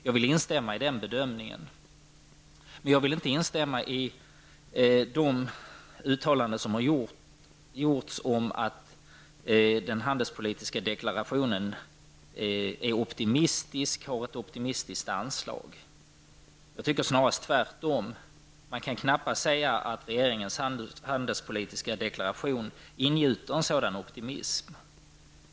Jag vill instämma i den bedömningen, men jag vill inte instämma i uttalandena om att den handelspolitiska deklarationen har ett optimistiskt anslag. Jag tycker snarast tvärtom. Man kan knappast säga att regeringens handelspolitiska deklaration ingjuter någon optimism.